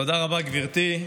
תודה רבה, גברתי.